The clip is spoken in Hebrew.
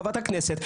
חברת הכנסת,